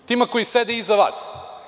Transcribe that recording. Tima koji sede iza vas.